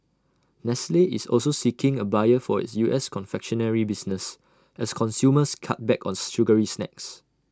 nestle is also seeking A buyer for its U S confectionery business as consumers cut back on sugary snacks